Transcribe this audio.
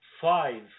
five